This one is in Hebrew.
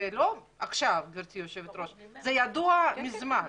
הדבר הזה ידוע כבר מזמן.